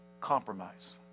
compromise